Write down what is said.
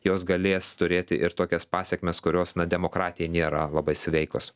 jos galės turėti ir tokias pasekmes kurios na demokratijai nėra labai sveikos